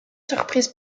surprise